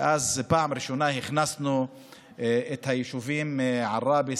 ובפעם הראשונה הכנסנו את היישובים עראבה,